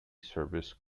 service